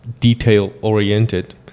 detail-oriented